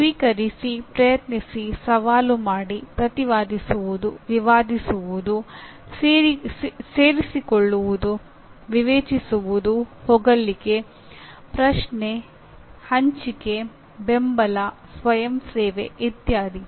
ಸ್ವೀಕರಿಸಿ ಪ್ರಯತ್ನಿಸಿ ಸವಾಲು ಮಾಡಿ ಪ್ರತಿವಾದಿಸುವುದು ವಿವಾದಿಸುವುದು ಸೇರಿಕೊಳ್ಳುವುದು ವಿವೇಚಿಸುವುದು ಹೊಗಳಿಕೆ ಪ್ರಶ್ನೆ ಹಂಚಿಕೆ ಬೆಂಬಲ ಸ್ವಯಂಸೇವೆ ಇತ್ಯಾದಿ